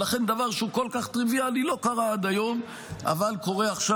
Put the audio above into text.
ולכן דבר שהוא כל כך טריוויאלי לא קרה עד היום אבל קורה עכשיו.